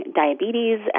diabetes